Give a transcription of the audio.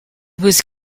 was